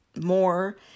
more